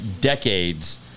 decades